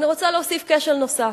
ואני רוצה לציין כשל נוסף.